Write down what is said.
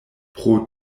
pro